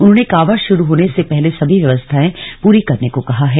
उन्होंने कांवड़ शुरू होने से पहले सभी व्यवस्थाएं पूरी करने को कहा है